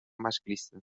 masclista